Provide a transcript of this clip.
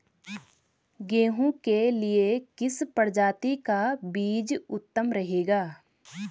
गेहूँ के लिए किस प्रजाति का बीज उत्तम रहेगा?